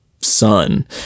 son